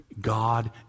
God